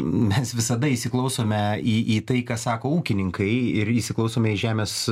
mes visada įsiklausome į į tai ką sako ūkininkai ir įsiklausome į žemės